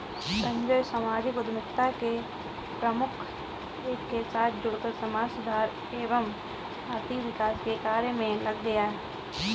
संजय सामाजिक उद्यमिता के प्रमुख के साथ जुड़कर समाज सुधार एवं आर्थिक विकास के कार्य मे लग गया